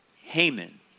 Haman